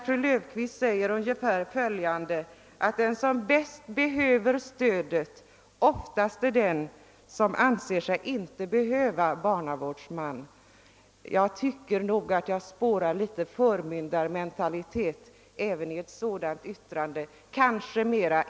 Fru Löfqvist uttalade att den som bäst behöver stödet oftast är den som minst anser sig behöva barnavårdsman. Jag tycker mig i detta yttrande kunna spåra en viss förmyndarmentalitet eller åtminstone något av en pekpinne.